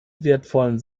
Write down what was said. wertvollen